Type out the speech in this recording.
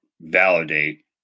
validate